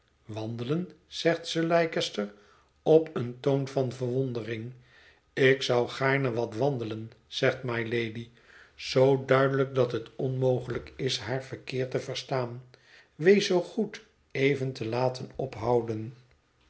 zegt sir leicester op een toon van verwondering ik zou gaarne wat wandelen zegt mylady zoo duidelijk dat het onmogelijk is haar verkeerd te verstaan wees zoo goed even te laten ophouden